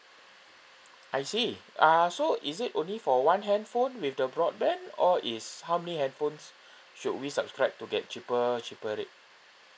I see uh so is it only for one handphone with the broadband or it's how may have phones should we subscribe to get cheaper cheaper rate